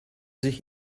sich